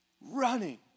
running